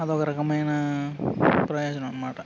అదొక రకమైన ప్రయోజనం అన్నమాట